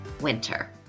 winter